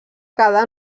quedar